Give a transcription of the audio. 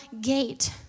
gate